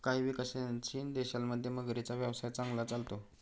काही विकसनशील देशांमध्ये मगरींचा व्यवसाय चांगला चालतो